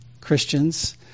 Christians